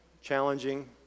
challenging